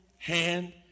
hand